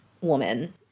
woman